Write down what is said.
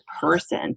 person